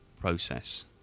process